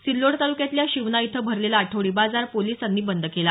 सिल्लोड तालुक्यातल्या शिवना इथं भरलेला आठवडी बाजार पोलिसांनी बंद केला